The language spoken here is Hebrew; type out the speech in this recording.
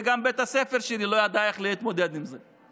וגם בית הספר שלי לא ידע איך להתמודד עם זה.